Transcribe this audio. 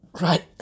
Right